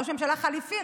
ראש ממשלה חליפי,